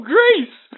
Greece